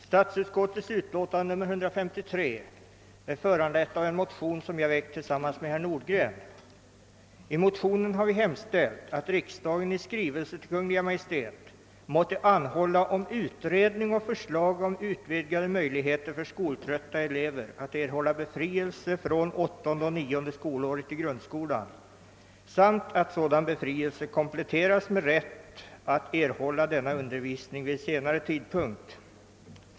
Statsutskottets utlåtande nr 153 är föranlett av en motion som jag väckt tillsammans med herr Nordgren, I motionen har vi hemställt att »riksdagen i skrivelse till Kungl. Maj:t måtte anhålla om utredning och förslag om vidgade möjligheter för skoltrötta elever att erhålla befrielse från åttonde och nionde skolåret i grundskolan samt att sådan befrielse kompletteras med rätt att erhålla denna undervisning vid senare tidpunkt».